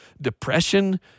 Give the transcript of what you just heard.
depression